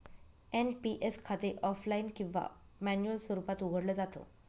NPS खाते offline किंवा manual स्वरूपात उघडलं जात